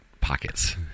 pockets